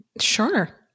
Sure